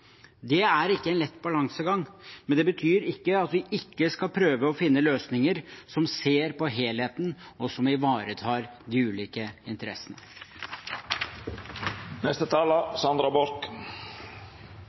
Det er ikke en lett balansegang, men det betyr ikke at vi ikke skal prøve å finne løsninger der man ser på helheten, og der man ivaretar de ulike